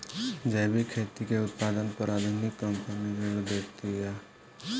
जैविक खेती के उत्पादन पर आधुनिक कंपनी जोर देतिया